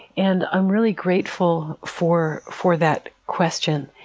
and i'm really grateful for for that question.